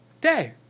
day